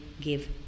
give